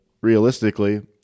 realistically